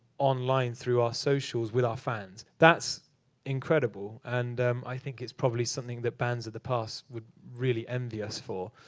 online through our socials with our fans. that's incredible. and i think it's probably something that bands of the past would really envy us for.